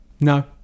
No